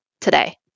today